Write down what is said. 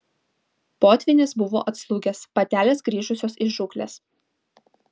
potvynis buvo atslūgęs patelės grįžusios iš žūklės